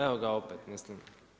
Evo ga opet, mislim.